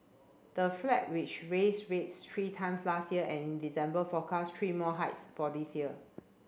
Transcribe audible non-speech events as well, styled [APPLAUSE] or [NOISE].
the [UNINTELLIGIBLE] which raised rates three times last year and in December forecast three more hikes for this year